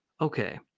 okay